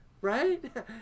Right